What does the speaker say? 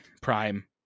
Prime